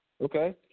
Okay